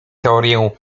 teorię